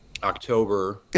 October